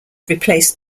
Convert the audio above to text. replaced